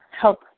help